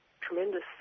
tremendous